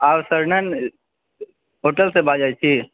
आओर sir hotel से बाजै छी